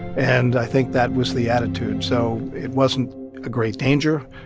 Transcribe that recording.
and i think that was the attitude. so it wasn't a great danger,